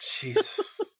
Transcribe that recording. Jesus